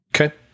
Okay